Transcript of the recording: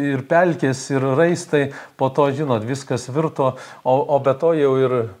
ir pelkės ir raistai po to žinot viskas virto o o be to jau ir